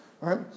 right